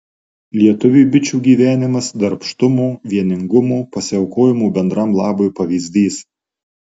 lietuviui bičių gyvenimas darbštumo vieningumo pasiaukojimo bendram labui pavyzdys